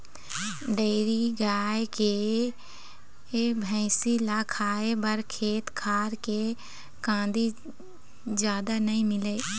dairy के गाय, भइसी ल खाए बर खेत खार के कांदी जादा नइ मिलय